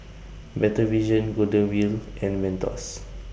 Better Vision Golden Wheel and Mentos